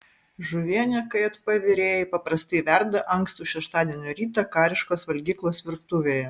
žuvienę kjp virėjai paprastai verda ankstų šeštadienio rytą kariškos valgyklos virtuvėje